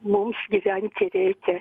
mums gyventi reikia